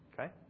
Okay